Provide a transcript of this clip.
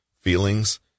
feelings